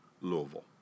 Louisville